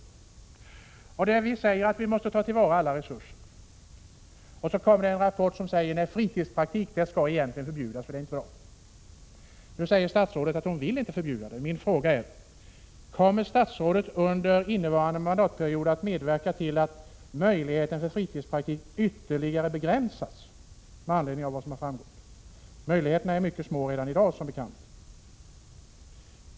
Vi säger i den diskussionen att vi måste ta till vara alla resurser. Och då kommer en rapport som säger att fritidspraktikverksamheten skall förbjudas, eftersom den inte är bra. Nu säger statsrådet att hon inte vill förbjuda fritidspraktikernas verksamhet. Mina frågor blir: Kommer statsrådet under innevarande mandatperiod att medverka till att möjligheterna för fritidspraktik ytterligare begränsas? Möjligheterna är som bekant mycket små redan i dag.